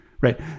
right